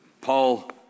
Paul